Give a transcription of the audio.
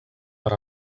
per